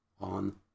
on